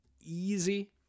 easy